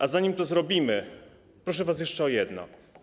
A zanim to zrobimy, proszę was jeszcze o jedno.